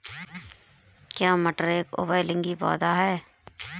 क्या मटर एक उभयलिंगी पौधा है?